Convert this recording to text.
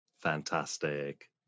Fantastic